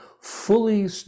fully